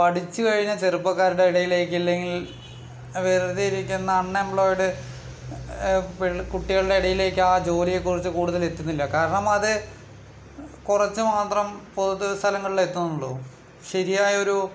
പഠിച്ചുകഴിഞ്ഞ ചെറുപ്പക്കാരുടെ ഇടയിലേക്ക് അല്ലെങ്കിൽ വെറുതെയിരിക്കുന്ന അൺഎംപ്ലോയിഡ് പ് കുട്ടികളുടെ ഇടയിലേക്കാ ജോലിയെ കുറിച്ച് കൂടുതൽ എത്തുന്നില്ല കാരണം അത് കുറച്ച് മാത്രം പൊതുസ്ഥലങ്ങളിൽ എത്തുന്നുള്ളൂ ശരിയായ ഒരു